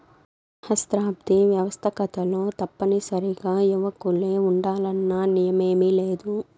సహస్రాబ్ది వ్యవస్తాకతలో తప్పనిసరిగా యువకులే ఉండాలన్న నియమేమీలేదు